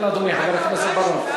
כן, אדוני, חבר הכנסת בר-און.